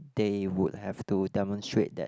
they would have to demonstrate that